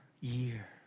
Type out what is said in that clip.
year